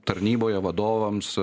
tarnyboje vadovams